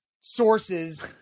sources